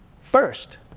first